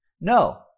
no